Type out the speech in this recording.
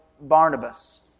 Barnabas